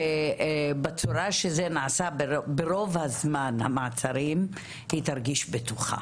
ובצורה שזה נעשה ברוב זמן המעצרים היא תרגיש בטוחה.